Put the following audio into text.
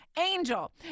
angel